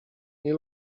nie